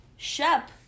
Shep